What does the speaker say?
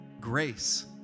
grace